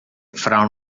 fra